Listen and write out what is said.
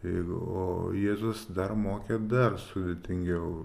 jeigu o jėzus dar mokė dar sudėtingiau